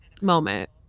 moment